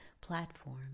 platform